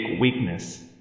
weakness